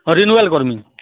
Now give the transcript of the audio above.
ହଁ ରିନ୍ୟୁଆଲ୍ କର୍ମି